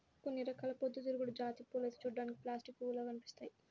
కొన్ని రకాల పొద్దుతిరుగుడు జాతి పూలైతే చూడ్డానికి ప్లాస్టిక్ పూల్లాగా అనిపిత్తయ్యి